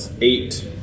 eight